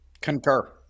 concur